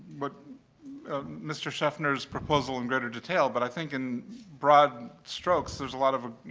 what mr. sheffner's proposal in greater detail. but i think in broad strokes, there's a lot of,